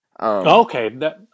Okay